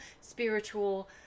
spiritual